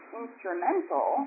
instrumental